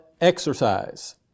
exercise